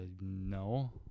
no